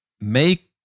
make